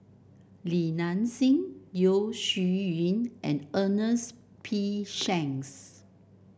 Li Nanxing Yeo Shih Yun and Ernest P Shanks